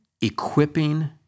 Equipping